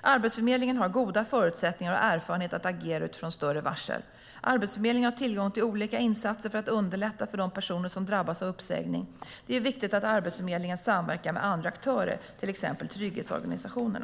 Arbetsförmedlingen har goda förutsättningar och erfarenhet att agera utifrån större varsel. Arbetsförmedlingen har tillgång till olika insatser för att underlätta för de personer som drabbas av uppsägning. Det är viktigt att Arbetsförmedlingen samverkar med andra aktörer, till exempel trygghetsorganisationerna.